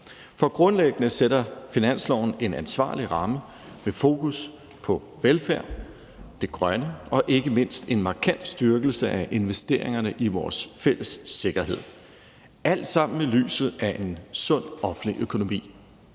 for. Grundlæggende sætter finansloven en ansvarlig ramme med fokus på velfærd, det grønne og ikke mindst en markant styrkelse af investeringerne i vores fælles sikkerhed; alt sammen set i lyset af en sund offentlig økonomi.